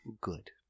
Good